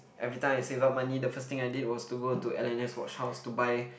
every time I save up money the first thing I did was to go to L_N_S watch house to buy